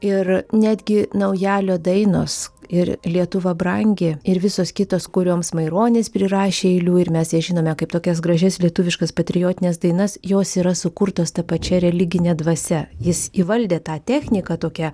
ir netgi naujalio dainos ir lietuva brangi ir visos kitos kurioms maironis prirašė eilių ir mes jas žinome kaip tokias gražias lietuviškas patriotines dainas jos yra sukurtos ta pačia religine dvasia jis įvaldė tą techniką tokia